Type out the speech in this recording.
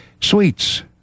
Sweets